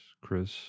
Chris